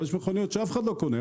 אבל יש מכוניות שאף אחד לא קונה,